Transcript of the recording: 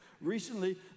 recently